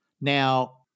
Now